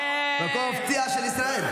מקום מפתיע לישראל.